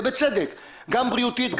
ובצדק גם בריאותית,